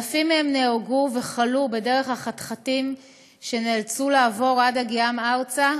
אלפים מהם נהרגו וחלו בדרך החתחתים שנאלצו לעבור עד הגיעם ארצה,